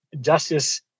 justice